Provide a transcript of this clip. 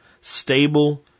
stable